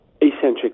eccentric